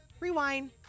Rewind